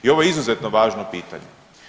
I ovo je izuzetno važno pitanje.